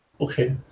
Okay